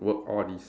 work all this